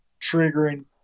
triggering